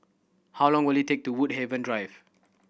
how long will it take to Woodhaven Drive